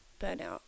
burnout